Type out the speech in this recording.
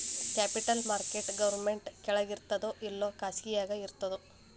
Capital market government ಕೆಳಗಿರ್ತದೋ ಇಲ್ಲಾ ಖಾಸಗಿಯಾಗಿ ಇರ್ತದೋ?